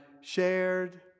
shared